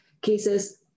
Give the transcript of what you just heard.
cases